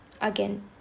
Again